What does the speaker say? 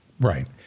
right